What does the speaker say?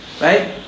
right